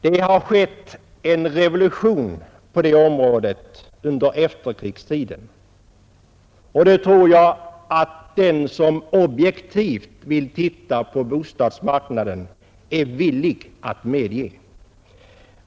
Det har skett en revolution på detta område under efterkrigstiden, och det tror jag att den som objektivt vill se på bostadsmarknaden är villig att medge.